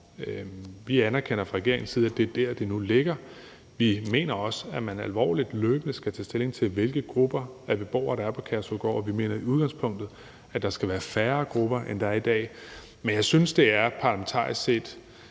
Vi anerkender fra regeringens side, at det er der, det nu ligger. Vi mener også, at man løbende alvorligt skal tage stilling til, hvilke grupper af beboere der er på Kærshovedgård, og vi mener i udgangspunktet, at der skal være færre grupper, end der er i dag. Men jeg synes, det parlamentarisk set